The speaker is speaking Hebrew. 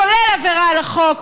כולל עבירה על החוק,